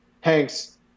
Hanks